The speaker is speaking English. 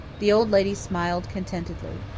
the old lady smiled contentedly.